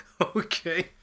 Okay